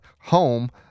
home